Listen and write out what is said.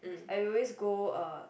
like we will always go uh